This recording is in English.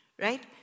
right